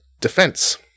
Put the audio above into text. defense